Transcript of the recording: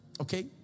okay